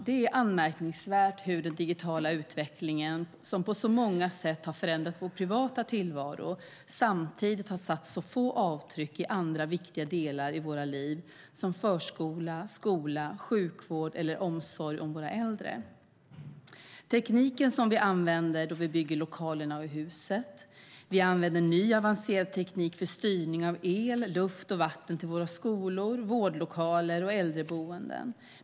Det är anmärkningsvärt hur den digitala utvecklingen som på så många sätt har förändrat vår privata tillvaro samtidigt har satt så få avtryck i andra viktiga delar i våra liv som förskola, skola, sjukvård eller omsorg om våra äldre. Det gäller tekniken som vi använder när vi bygger lokalerna och husen. Vi använder ny avancerad teknik för styrning av el, luft och vatten till våra skolor, vårdlokaler och äldreboenden.